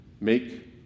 make